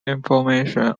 information